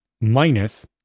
minus